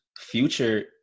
Future